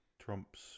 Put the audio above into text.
Trump's